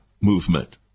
movement